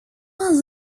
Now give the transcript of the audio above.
are